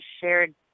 shared